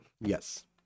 Yes